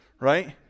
Right